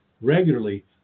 regularly